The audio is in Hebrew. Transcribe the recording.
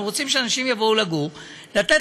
אנחנו רוצים שאנשים יבואו לגור,